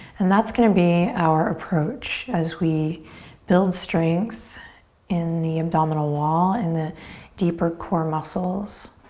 and that's gonna be our approach as we build strength in the abdominal wall in the deeper core muscles.